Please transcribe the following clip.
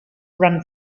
run